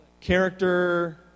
character